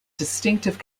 distinctive